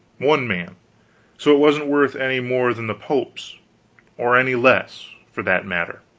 one man so it wasn't worth any more than the pope's or any less, for that matter.